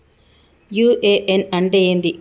UAN అంటే ఏంది?